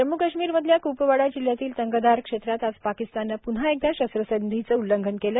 जम्म् काश्मीर मधल्या कुपवाडा जिल्ह्यातील तंगधार क्षेत्रात आज पाकिस्ताननं पुन्हा एकदा शस्त्रसंधीचं उल्लंघन केलं